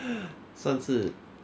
算是